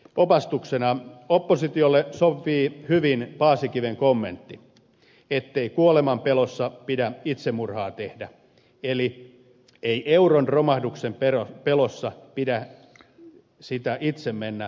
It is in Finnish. opastuksena oppositiolle sopii hyvin paasikiven kommentti ettei kuolemanpelossa pidä itsemurhaa tehdä eli ei euron romahduksen pelossa pidä sitä itse mennä romahduttamaan